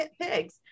Pigs